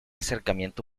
acercamiento